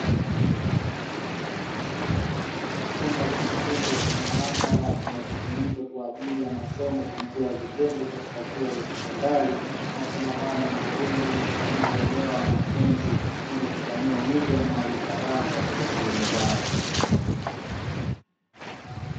Chumba kikubwa cha maabara kinachotumika kwa ajili ya masomo kwa njia ya vitendo katika shule za sekondari. Masomo hayo ni muhimu ili kupanua uelewa wa wanafunzi hivyo kupanua wigo wa maarifa yao katika shule zao.